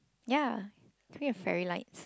ya can we have fairy lights